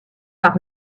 par